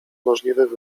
możliwych